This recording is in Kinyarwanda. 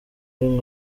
rimwe